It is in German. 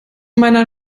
meiner